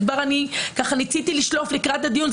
וכבר אני ניסיתי לשלוף לקראת הדיון,